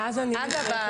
אגב,